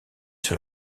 sur